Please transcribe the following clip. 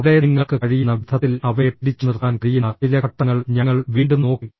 അവിടെ നിങ്ങൾക്ക് കഴിയുന്ന വിധത്തിൽ അവയെ പിടിച്ചുനിർത്താൻ കഴിയുന്ന ചില ഘട്ടങ്ങൾ ഞങ്ങൾ വീണ്ടും നോക്കി